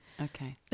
Okay